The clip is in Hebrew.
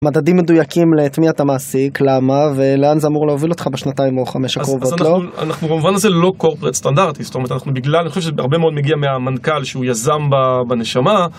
מדדים מדויקים להטמיע את המעסיק למה ולאן זה אמור להוביל אותך בשנתיים או חמש הקרובות לא? אנחנו במובן הזה לא Corporate סטנדרטי, זאת אומרת אנחנו בגלל הרבה מאוד מגיע מהמנכ״ל שהוא יזם בנשמה.